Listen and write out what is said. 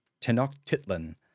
Tenochtitlan